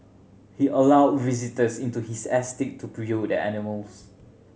he allowed visitors into his estate to the animals